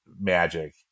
magic